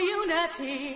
unity